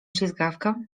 ślizgawka